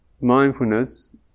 mindfulness